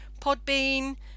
Podbean